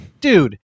dude